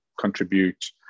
contribute